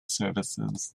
services